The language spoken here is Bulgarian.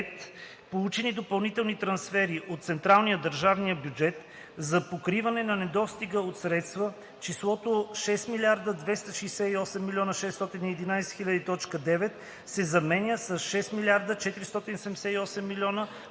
„Получени допълнителни трансфери от централния/държавния бюджет за покриване на недостига от средства“ числото „6 268 611,9“ се заменя със „6 478 851,4“.